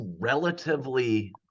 relatively